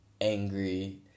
angry